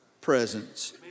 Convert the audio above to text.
presence